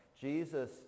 Jesus